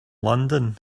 london